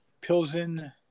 Pilsen